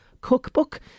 cookbook